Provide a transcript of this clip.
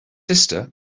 sister